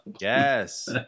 yes